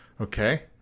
okay